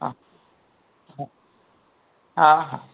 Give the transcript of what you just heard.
हा हा हा हा